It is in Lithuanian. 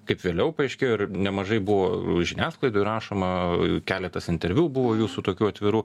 kaip vėliau paaiškėjo ir nemažai buvo žiniasklaidoj rašoma keletas interviu buvo jūsų tokių atvirų